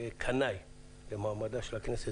שקנאי למעמדה של הכנסת,